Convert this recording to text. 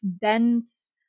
dense